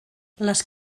les